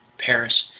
paris,